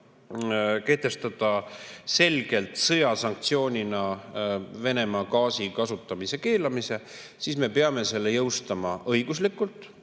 kehtestada selgelt sõjasanktsioonina Venemaa gaasi kasutamise keelu, siis me peame selle õiguslikult